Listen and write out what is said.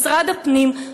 משרד הפנים,